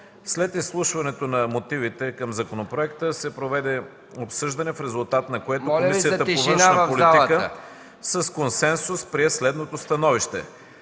След изслушването на мотивите към законопроекта се проведе обсъждане, в резултат на което Комисията по външна политика с консенсус прие следното становище: